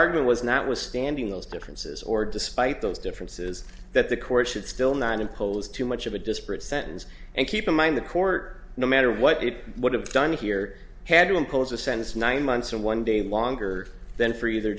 argument was not withstanding those differences or despite those differences that the court should still not in polls too much of a disparate sentence and keep in mind the court no matter what it would have done here harry impose a sense nine months or one day longer than for either